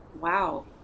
Wow